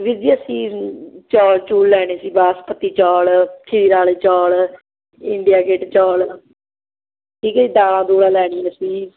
ਵੀਰ ਜੀ ਅਸੀਂ ਚੌਲ ਚੂਲ ਲੈਣੇ ਸੀ ਬਾਸਪਤੀ ਚੌਲ ਖੀਰ ਵਾਲੇ ਚੌਲ ਇੰਡੀਆ ਗੇਟ ਚੌਲ ਠੀਕ ਹੈ ਜੀ ਦਾਲਾਂ ਦੁਲਾਂ ਲੈਣੀਆਂ ਸੀ